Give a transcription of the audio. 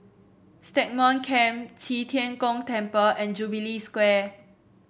Stagmont Camp Qi Tian Gong Temple and Jubilee Square